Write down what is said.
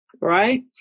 right